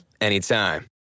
anytime